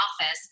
office